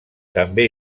també